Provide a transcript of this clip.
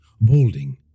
balding